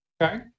Okay